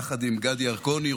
יחד עם גדי ירקוני,